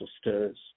stirs